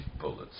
bullets